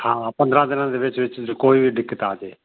ਹਾਂ ਪੰਦਰ੍ਹਾਂ ਦਿਨਾਂ ਦੇ ਵਿੱਚ ਵਿੱਚ ਜੇ ਕੋਈ ਵੀ ਦਿੱਕਤ ਆ ਜੇ